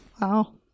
Wow